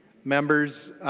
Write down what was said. members